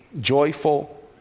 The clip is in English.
joyful